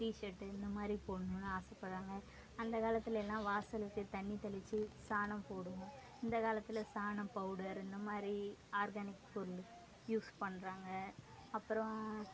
T-shirt இந்த மாதிரி போடணுனு ஆசைப்பட்றாங்க அந்த காலத்தில் எல்லாம் வாசலுக்கு தண்ணி தெளித்து சாணம் போடுவோம் இந்த காலத்தில் சாணம் பவுடர் இந்த மாதிரி ஆர்கானிக் பொருள் யூஸ் பண்ணுறாங்க அப்பறம்